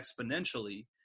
exponentially